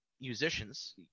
musicians